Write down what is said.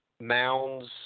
mounds